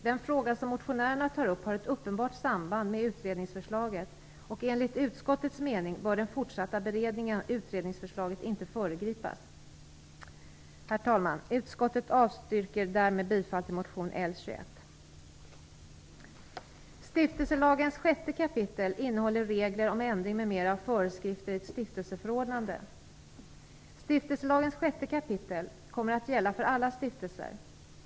Den fråga som motionärerna tar upp har ett uppenbart samband med utredningsförslaget, och enligt utskottets mening bör den fortsatta beredningen av utredningsförslaget inte föregripas. Herr talman! Utskottet avstryker därmed bifall till motion L21. Stiftelselagens 6 kap. innehåller regler om ändring m.m. av föreskrifter i ett stiftelseförordnande. Stiftelselagens 6 kap. kommer att gälla för alla stiftelser.